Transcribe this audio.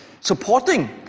supporting